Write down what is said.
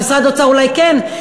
ממשרד האוצר אולי כן,